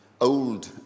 old